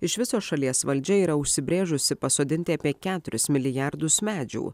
iš viso šalies valdžia yra užsibrėžusi pasodinti apie keturis milijardus medžių